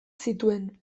zituen